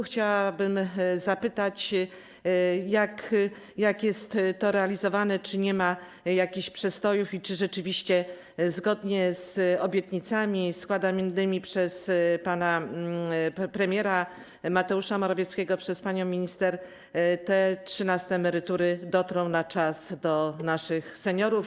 Chciałabym zapytać, jak to jest realizowane, czy nie ma jakichś przestojów i czy rzeczywiście zgodnie z obietnicami składanymi przez pana premiera Mateusza Morawieckiego, przez panią minister te trzynaste emerytury dotrą na czas do naszych seniorów.